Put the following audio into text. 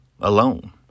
alone